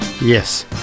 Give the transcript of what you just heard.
Yes